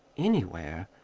anywhere?